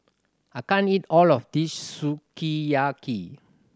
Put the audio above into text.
I can't eat all of this Sukiyaki